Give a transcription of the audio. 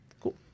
Cool